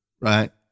Right